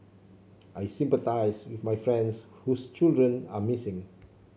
I sympathise with my friends whose children are missing